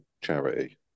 charity